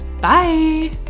Bye